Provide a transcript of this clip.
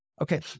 Okay